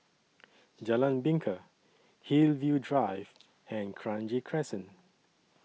Jalan Bingka Hillview Drive and Kranji Crescent